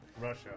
Russia